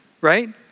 right